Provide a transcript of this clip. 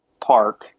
park